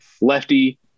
lefty